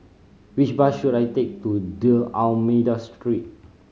which bus should I take to D'Almeida Street